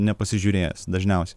nepasižiūrėjęs dažniausiai